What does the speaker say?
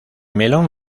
melón